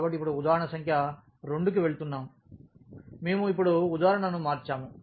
కాబట్టి ఇప్పుడు ఉదాహరణ సంఖ్య 2 కి వెళుతున్నాం మేము ఇప్పుడు ఉదాహరణను మార్చాము